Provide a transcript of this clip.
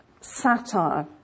satire